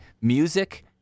music